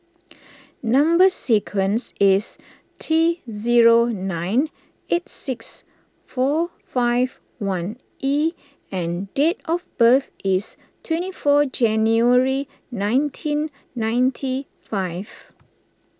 Number Sequence is T zero nine eight six four five one E and date of birth is twenty four January nineteen ninety five